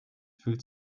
fühlt